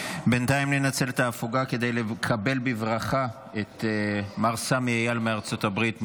בינתיים ננצל את ההפוגה כדי לקבל בברכה את מר סמי אייל מארצות הברית,